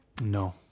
No